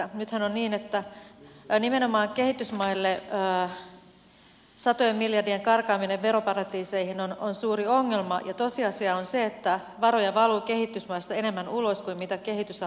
nythän on niin että nimenomaan kehitysmaille satojen miljardien karkaaminen veroparatiiseihin on suuri ongelma ja tosiasia on se että varoja valuu kehitysmaista enemmän ulos kuin mitä ne kehitysapuna saavat